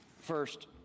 First